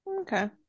Okay